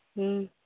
ᱦᱮᱸ